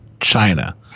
china